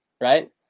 right